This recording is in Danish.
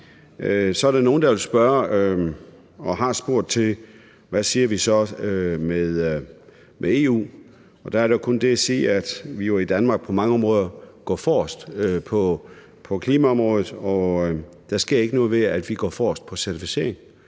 Så er der nogle, der vil spørge og har spurgt til, hvad vi så siger om det med EU, og der er jo kun det at sige, at vi jo i Danmark på mange områder gå forrest på klimaområdet, og der sker ikke noget ved, at vi går forrest med hensyn til certificering.